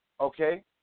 Okay